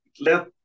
let